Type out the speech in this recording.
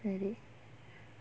really